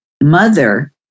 mother